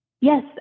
Yes